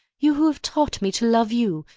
you who have taught me to love you,